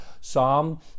psalm